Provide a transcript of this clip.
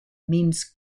means